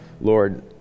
Lord